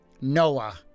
Noah